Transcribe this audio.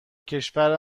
کشور